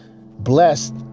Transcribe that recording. blessed